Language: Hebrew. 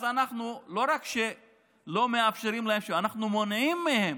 אז אנחנו לא רק שלא מאפשרים להם, אנחנו מונעים מהם